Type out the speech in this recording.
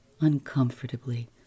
uncomfortably